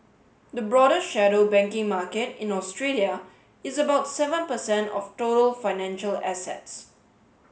the broader shadow banking market in Australia is about seven per cent of total financial assets